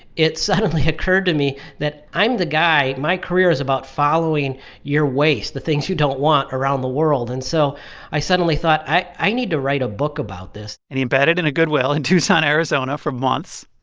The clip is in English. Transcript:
it suddenly occurred to me that i'm the guy my career is about following your waste, the things you don't want, around the world. and so i suddenly thought, i need to write a book about this and he embedded in a goodwill in tucson, ariz, for months,